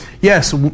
Yes